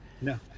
no